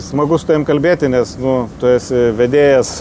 smagu su tavim kalbėti nes nu tu esi vedėjas